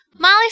Molly